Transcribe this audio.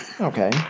Okay